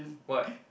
what